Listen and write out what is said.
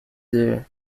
the